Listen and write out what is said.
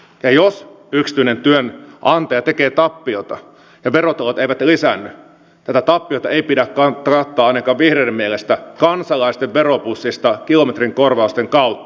ja jos yksityinen työnantaja tekee tappiota ja verotulot eivät lisäänny tätä tappiota ei pidä kattaa ainakaan vihreiden mielestä kansalaisten veropussista kilometrikorvausten kautta